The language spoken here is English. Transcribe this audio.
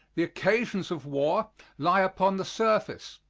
the occasions of war lie upon the surface,